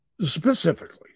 Specifically